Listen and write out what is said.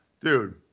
dude